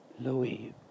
Louis